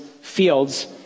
fields